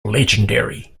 legendary